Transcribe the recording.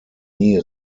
nie